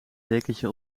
dekentje